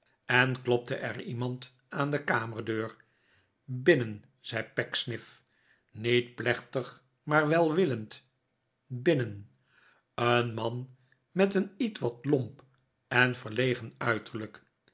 en klopte er iemand aan de kamerdeur binnen zei pecksniff niet plechtig maar welwillend binnen een man met een ietwat lomp en verlegen uiterlijk